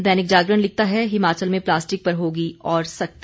दैनिक जागरण लिखता है हिमाचल में प्लास्टिक पर होगी और सख्ती